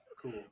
Cool